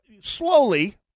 slowly